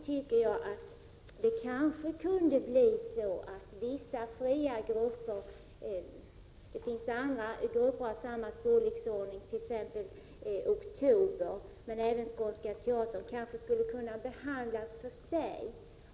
Det är en ganska stor skillnad. Däremot kunde kanske vissa fria grupper — det finns andra grupper av samma storlekordning, t.ex. Oktober — och även Skånska teatern behandlas för sig.